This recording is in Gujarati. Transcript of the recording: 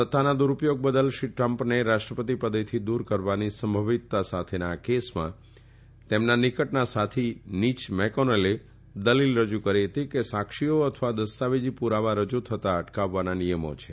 સત્તાના દુરૂપયોગ બદલ શ્રી ટ્રમ્પને રાષ્ટ્રપતિ પદેથી દુર કરવાની સંભવિતતા સાથેના આ કેસમાં તેમના નિકટના સાથી નીય મેકોનેલે દલીલ રજી કરી હતી કે સાક્ષીઓ અથવા દસ્તાવેજી પુરાવો રજી થતાં અટકાવવાના નિયમો છે